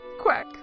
quack